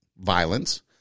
violence